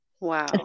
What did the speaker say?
Wow